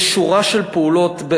יש שורה של פעולות,